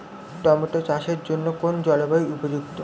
Tomato চাষের জন্য কোন জলবায়ু উপযুক্ত?